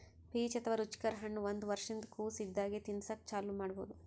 peach ಅಥವಾ ರುಚಿಕರ ಹಣ್ಣ್ ಒಂದ್ ವರ್ಷಿನ್ದ್ ಕೊಸ್ ಇದ್ದಾಗೆ ತಿನಸಕ್ಕ್ ಚಾಲೂ ಮಾಡಬಹುದ್